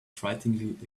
frighteningly